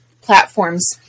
platforms